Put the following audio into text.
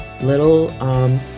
little